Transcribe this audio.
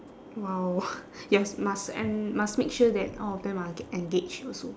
!wow! yes must and must make sure that all of them are ga~ engaged also